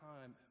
time